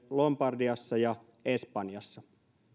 lombardiassa ja espanjassa